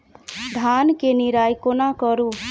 धान केँ निराई कोना करु?